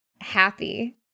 happy